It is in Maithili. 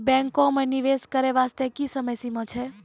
बैंको माई निवेश करे बास्ते की समय सीमा छै?